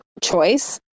choice